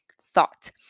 thought